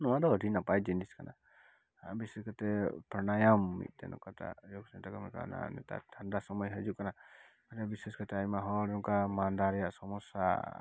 ᱱᱚᱣᱟ ᱫᱚ ᱟᱹᱰᱤ ᱱᱟᱯᱟᱭ ᱡᱤᱱᱤᱥ ᱠᱟᱱᱟ ᱟᱨ ᱵᱤᱥᱮᱥ ᱠᱟᱛᱮᱫ ᱯᱨᱟᱱᱟᱭᱟᱢ ᱢᱤᱫᱴᱮᱱ ᱚᱠᱟᱴᱟᱜ ᱭᱳᱜᱽ ᱥᱮᱱᱴᱟᱨ ᱱᱮᱛᱟᱨ ᱴᱷᱟᱱᱰᱟ ᱥᱚᱢᱚᱭ ᱦᱤᱡᱩᱜ ᱠᱟᱱᱟ ᱵᱤᱥᱮᱥ ᱠᱟᱛᱮ ᱟᱭᱢᱟ ᱦᱚᱲ ᱱᱚᱝᱠᱟ ᱢᱟᱸᱫᱟ ᱨᱮᱭᱟᱜ ᱥᱚᱢᱚᱥᱥᱟ